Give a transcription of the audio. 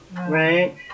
right